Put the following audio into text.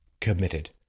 committed